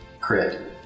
Crit